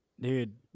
Dude